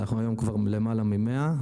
אנחנו היום כבר למעלה מ-100.